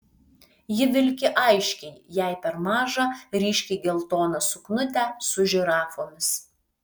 ji vilki aiškiai jai per mažą ryškiai geltoną suknutę su žirafomis